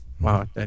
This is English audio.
Wow